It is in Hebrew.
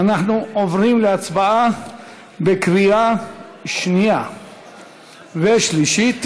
אנחנו עוברים להצבעה בקריאה שנייה ושלישית.